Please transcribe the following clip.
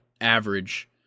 average